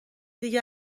دیگه